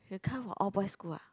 you come from all boys school ah